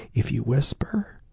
if you whisper,